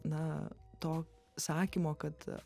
na to sakymo kad